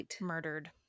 murdered